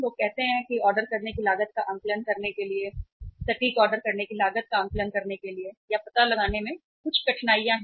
लोग कहते हैं कि ऑर्डर करने की लागत का आकलन करने के लिए सटीक ऑर्डर करने की लागत का आकलन करने या पता लगाने में कठिनाइयाँ हैं